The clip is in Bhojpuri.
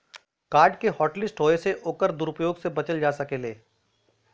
कार्ड के हॉटलिस्ट होये से ओकर दुरूप्रयोग से बचल जा सकलै